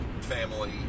family